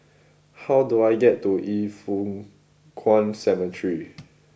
how do I get to Yin Foh Kuan Cemetery